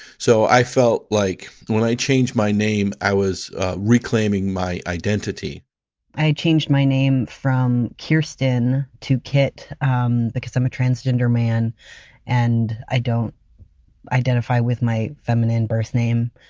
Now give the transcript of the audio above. so i felt like when i changed my name, i was reclaiming my identity i changed my name from kirsten to kit um because i'm a transgender man and i don't identify with my feminine birth name.